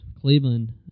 Cleveland